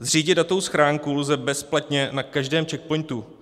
Zřídit datovou schránku lze bezplatně na každém Czech Pointu.